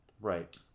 Right